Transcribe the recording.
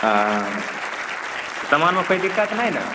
हँ समानमे कोइ दिक्कत नहि ने